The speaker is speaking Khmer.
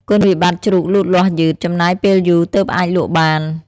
គុណវិបត្តិជ្រូកលូតលាស់យឺត ចំណាយពេលយូរទើបអាចលក់បាន។